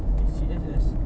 T_C_S_S